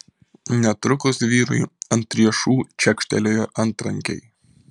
netrukus vyrui ant riešų čekštelėjo antrankiai